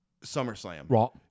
SummerSlam